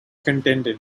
contented